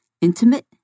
intimate